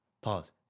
Pause